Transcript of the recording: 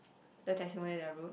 the testimonial that I wrote